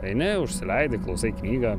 eini užsileidi klausai knygą